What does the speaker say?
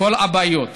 כל הבעיות.